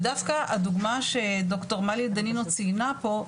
ודווקא הדוגמה שד"ר מלי דנינו ציינה פה,